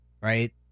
Right